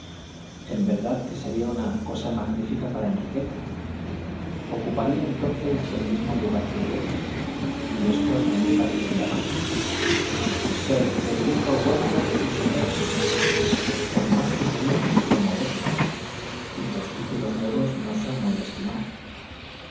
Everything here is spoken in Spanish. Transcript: en verdad que sería una cosa magnífica para enriqueta ocuparía entonces el mismo lugar que yo y esto no le parecería mal isir federico wentworth y señora por más que sería un título moderno y los títulos nuevos no son muy de estimar